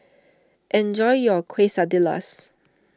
enjoy your Quesadillas